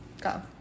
go